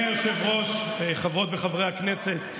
אדוני היושב-ראש, חברות וחברי הכנסת,